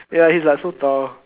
ya he's like so tall